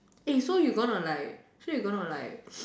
so you going to like so you going to like